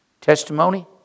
testimony